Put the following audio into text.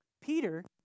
Peter